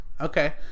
Okay